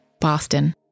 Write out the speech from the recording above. Boston